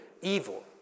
evil